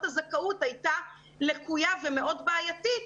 הזכאות הייתה לקויה ומאוד בעייתית,